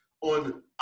on